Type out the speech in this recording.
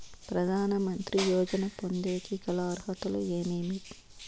ప్రధాన మంత్రి యోజన పొందేకి గల అర్హతలు ఏమేమి?